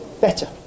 better